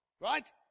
Right